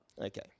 Okay